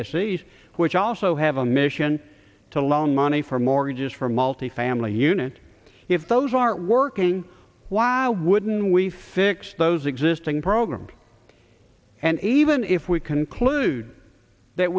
t which also have a mission to loan money for mortgages for multifamily unit if those aren't working why wouldn't we fix those existing programs and even if we conclude that